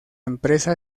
empresa